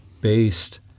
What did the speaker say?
based